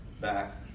back